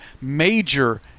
major